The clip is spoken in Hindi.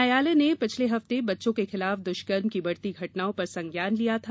न्यायालय ने पिछले हफ्ते बच्चों के खिलाफ द्वष्कर्म की बढ़ती घटनाओं पर संज्ञान लिया था